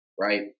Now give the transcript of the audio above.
right